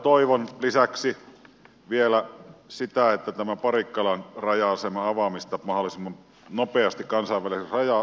toivon lisäksi vielä sitä että tämä parikkalan raja asema avataan mahdollisimman nopeasti kansainväliseksi raja asemaksi